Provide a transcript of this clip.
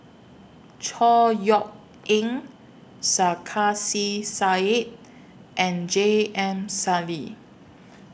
Chor Yeok Eng Sarkasi Said and J M Sali